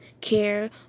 care